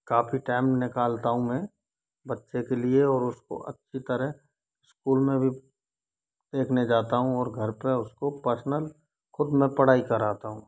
काफ़ी टाइम निकालता हूँ मैं बच्चे के लिए और उसको अच्छी तरह स्कूल में भी देखने जाता हूँ और घर पे उसको पर्सनल खुद मैं पढ़ाई कराता हूँ